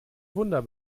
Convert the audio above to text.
wunder